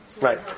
Right